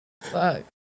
Fuck